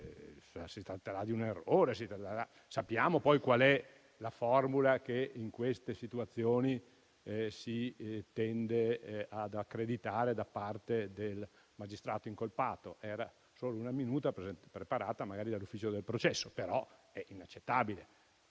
si tratterà di un errore. Sappiamo qual è la formula che in situazioni del genere si tende ad accreditare da parte del magistrato incolpato: era solo una minuta preparata dall'ufficio del processo, ma è inaccettabile.